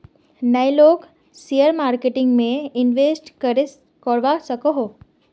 नय लोग share marketing में इंवेस्ट करे करवा सकोहो?